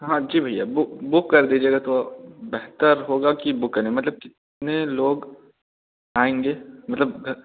हाँ जी भैया बु बुक कर दीजिएगा तो बेहतर होगा कि बुक करें मतलब कितने लोग आएंगे मतलब घ